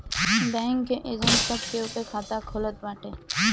bank के agent सब केहू के खाता खोलत बाटे